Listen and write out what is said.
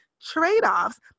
trade-offs